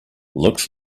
looks